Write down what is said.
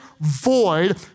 void